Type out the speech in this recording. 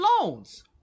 loans